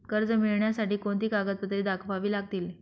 कर्ज मिळण्यासाठी कोणती कागदपत्रे दाखवावी लागतील?